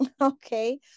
okay